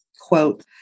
Quote